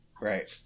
Right